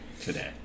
today